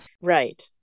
Right